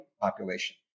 population